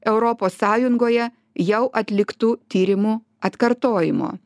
europos sąjungoje jau atliktų tyrimų atkartojimo